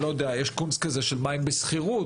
יש קונץ כזה של "מים בשכירות",